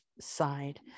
side